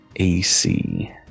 AC